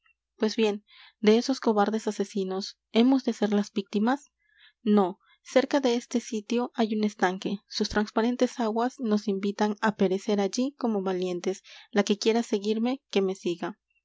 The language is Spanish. pues bien de esos cobardes asesinos hemos de ser las víctimas no cerca de este sitio hay un estanque sus transparentes aguas nos invitan á perecer allí como valientes la que quiera seguirme que me siga